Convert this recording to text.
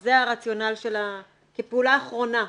זה הרציונל של הפעולה האחרונה.